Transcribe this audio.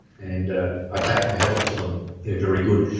and i take my hat off to them they're very good.